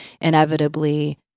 inevitably